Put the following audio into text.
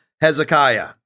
Hezekiah